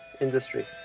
industry